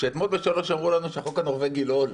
אתמול בשלוש אמרו לנו שהחוק הנורבגי לא עולה,